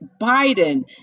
Biden